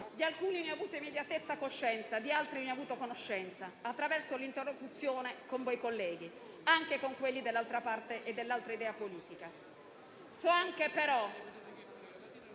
di alcuni ne ho avuta immediata coscienza, di altri ne ho avuto conoscenza attraverso l'interlocuzione con voi, colleghi, anche con quelli dell'altra parte e dell'altra idea politica.